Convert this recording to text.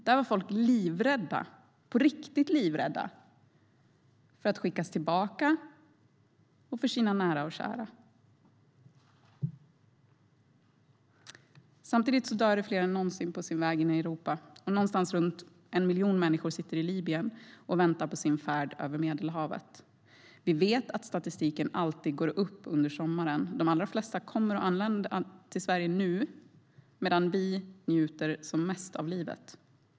Där var folk livrädda, på riktigt livrädda - för att skickas tillbaka och för sina nära och käras skull. Samtidigt dör det fler än någonsin på sin väg in i Europa, och någonstans runt 1 miljon människor sitter i Libyen och väntar på sin färd över Medelhavet. Vi vet att siffrorna i statistiken alltid går upp under sommaren. De allra flesta anländer till Sverige nu, medan vi njuter som mest av livet.